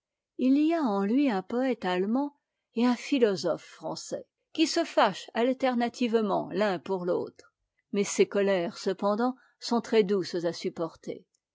h y a en lui un poëte allemand et un philosophe français qui se fâchent alternativement l'un pour l'autre mais ses colères cependant sont très douces à supporter